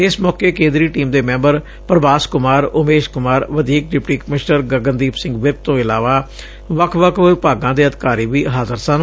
ਇਸ ਮੌਕੇ ਕੇਂਦਰੀ ਟੀਮ ਦੇ ਮੈਂਬਰ ਪ੍ਰਭਾਸ ਕੁਮਾਰ ਉਮੇਸ਼ ਕੁਮਾਰ ਵਧੀਕ ਡਿਪਟੀ ਕਮਿਸ਼ਨਰ ਗਗਨਦੀਪ ਸਿੰਘ ਵਿਰਕ ਤੋਂ ਇਲਾਵਾ ਵੱਖ ਵੱਖ ਵਿਭਾਗਾਂ ਦੇ ਅਧਿਕਾਰੀ ਵੀ ਹਾਜ਼ਰ ਸਨ